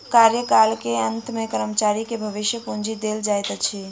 कार्यकाल के अंत में कर्मचारी के भविष्य पूंजी देल जाइत अछि